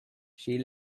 she